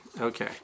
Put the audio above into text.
Okay